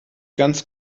ganz